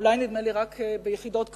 אולי נדמה לי רק ביחידות קרביות,